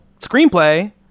screenplay